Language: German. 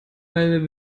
eine